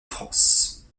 france